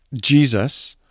Jesus